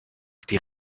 die